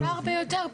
קצר ביותר.